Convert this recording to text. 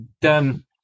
done